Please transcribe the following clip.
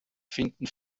finden